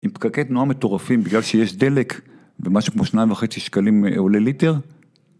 עם פקקי תנועה מטורפים בגלל שיש דלק במשהו כמו שניים וחצי שקלים עולה ליטר?